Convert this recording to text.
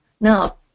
Now